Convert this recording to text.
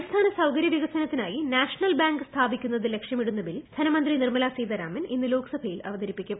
അടിസ്ഥാന്റ് സൂൌകരൃ വികസനത്തിനായി national bank സ്ഥാപിക്കുന്നത് ലക്ഷ്യമിടുന്ന ബിൽ ധനമന്ത്രി നിർമ്മല സീതാരാമൻ ഇന്ന് ല്യോക്സഭയിൽ അവതരിപ്പിക്കും